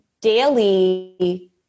daily